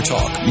Talk